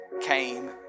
came